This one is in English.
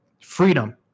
freedom